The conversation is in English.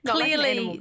Clearly